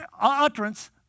utterance